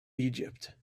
egypt